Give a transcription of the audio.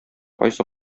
кайсы